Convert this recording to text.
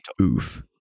Oof